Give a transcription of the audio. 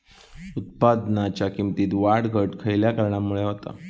उत्पादनाच्या किमतीत वाढ घट खयल्या कारणामुळे होता?